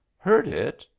heard it?